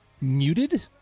muted